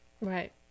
Right